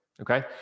okay